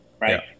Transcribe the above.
right